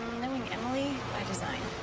knowing emily by design.